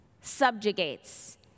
subjugates